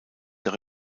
der